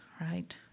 right